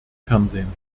fernsehen